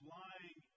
lying